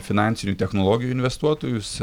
finansinių technologijų investuotojus